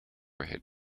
ahead